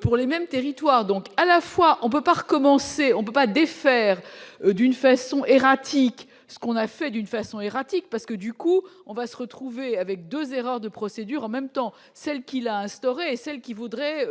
pour les mêmes territoires donc à la fois on peut pas recommencer, on peut pas défaire d'une façon erratique ce qu'on a fait d'une façon erratique parce que du coup, on va se retrouver avec 2 erreurs de procédure en même temps, celle qui l'a instaurée, celle qui voudrait